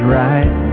right